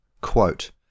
Quote